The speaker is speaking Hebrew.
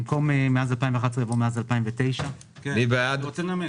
במקום "מאז 2011" יבוא "מאז 2009". אני רוצה לנמק.